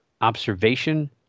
observation